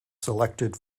selected